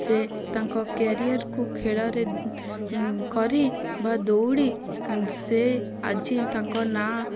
ସେ ତାଙ୍କ କ୍ୟାରିୟରକୁ ଖେଳରେ କରି ବା ଦଉଡ଼ି ସେ ଆଜି ତାଙ୍କ ନା